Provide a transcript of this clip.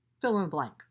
fill-in-the-blank